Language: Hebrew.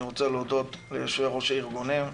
אני רוצה להודות ליושבי ראש הארגונים,